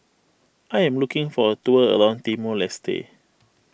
I am looking for a tour around Timor Leste